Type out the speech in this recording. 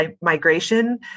migration